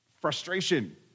frustration